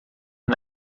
een